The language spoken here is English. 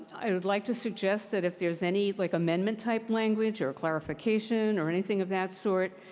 i would like to suggest that if there's any, like, amendments type language or clarification or anything of that sort,